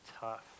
tough